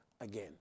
again